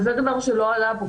זה דבר שלא עלה פה.